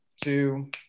two